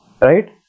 right